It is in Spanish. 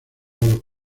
los